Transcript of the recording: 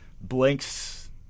blinks